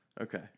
Okay